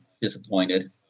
disappointed